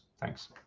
thanks